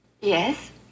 Yes